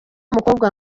mukobwa